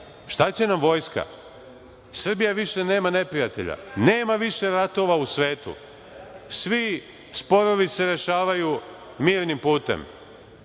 šta će nam vojska, Srbija više nema neprijatelja, nema više ratova u svetu, svi sporovi se rešavaju mirnim putem,